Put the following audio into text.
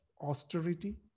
austerity